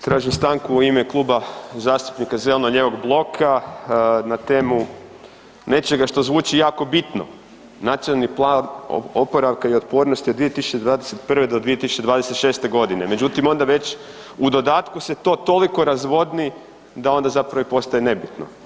Tražim stanku u ime Kluba zastupnika zeleno-lijevog bloka na temu nečega što zvuči jako bitno, Nacionalni plan oporavka i otpornosti od 2021.-2026. g. međutim, onda već u dodatku se to toliko razvodni da onda zapravo ostaje nebitno.